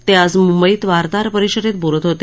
ते आज मुंबईत वार्ताहरपरिषदेत बोलत होते